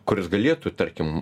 kuris galėtų tarkim